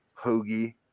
hoagie